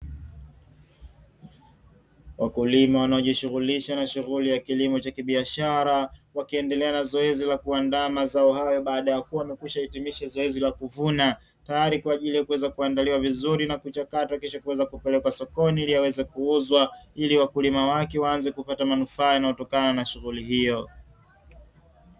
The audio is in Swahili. Wakulima wanaojishughulisha na shughuli ya kilimo cha kibiashara, wakiendelea na zoezi la kuandaa mazao hayo baada ya kuwa wamekwisha hitimisha zoezi la kuvuna, tayari kwa ajili ya kuweza kuandaliwa vizuri na kuchakatwa, kisha kuweza kupelekwa sokoni ili yaweze kuuzwa, ili wakulima wake waanze kupata manufaa yanayotokana na shughuli hiyo.